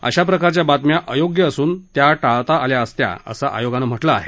अशा प्रकारच्या बातम्या अयोग्य असून या टाळता आल्या असत्या असंही आयोगानं म्हटलं आहे